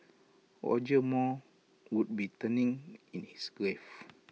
Roger Moore would be turning in his grave